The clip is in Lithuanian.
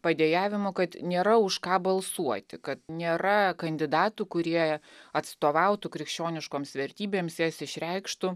padejavimų kad nėra už ką balsuoti kad nėra kandidatų kurie atstovautų krikščioniškoms vertybėms jas išreikštų